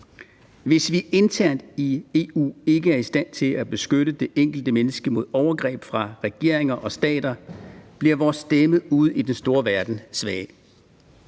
Hvis vi internt i EU ikke er i stand til at beskytte det enkelte menneske mod overgreb fra regeringer og stater, bliver vores stemme ude i den store verden svag.